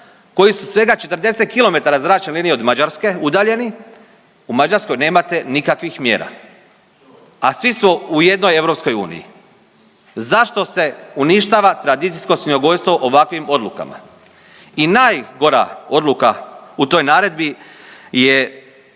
koji su svega 40 km zračne linije od Mađarske udaljeni u Mađarskoj nemate nikakvih mjera, a svi su u jednoj EU. Zašto se uništava tradicijsko svinjogojstvo ovakvim odlukama? I najgora odluka u toj naredbi je